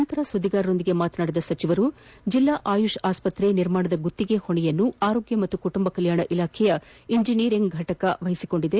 ಬಳಿಕ ಸುದ್ಲಿಗಾರರೊಂದಿಗೆ ಮಾತನಾಡಿದ ಅವರು ಜೆಲ್ಲಾ ಆಯುಷ್ ಆಸ್ತ್ರೆ ನಿರ್ಮಾಣದ ಗುತ್ತಿಗೆ ಹೊಣೆಯನ್ನು ಆರೋಗ್ಯ ಮತ್ತು ಕುಟುಂಬ ಕಲ್ನಾಣ ಇಲಾಖೆಯ ಇಂಜಿನಿಯಂರಿಂಗ್ ಫಟಕ ವಹಿಸಿಕೊಂಡಿದೆ